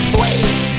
Sweet